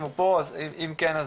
אם כן,